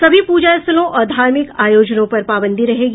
सभी पूजा स्थलों और धार्मिक आयोजनों पर पाबंदी रहेंगी